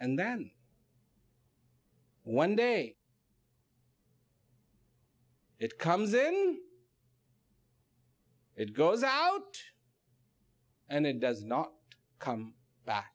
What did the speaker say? and then one day it comes then it goes out and it does not come back